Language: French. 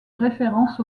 référence